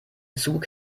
zug